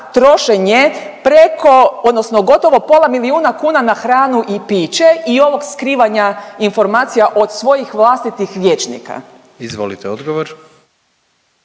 trošenje preko, odnosno gotovo pola milijuna kuna na hranu i piće i ovog skrivanja informacija od svojih vlastitih vijećnika. **Jandroković,